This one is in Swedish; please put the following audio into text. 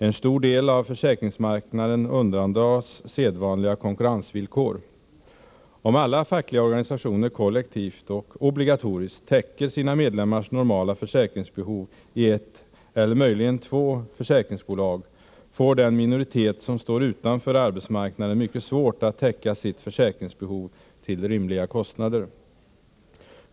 En stor del av försäkringsmarknaden undandras sedvanliga konkurrensvillkor. Om alla fackliga organisationer kollektivt och obligatoriskt täcker sina medlemmars normala försäkringsbehov i ett eller möjligen två försäkringsbolag får den minoritet som står utanför arbetsmarknaden mycket svårt att täcka sitt försäkringsbehov till rimliga kostnader.